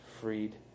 freed